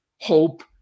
hope